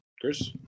Chris